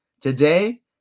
today